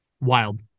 Wild